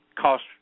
cost